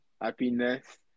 happiness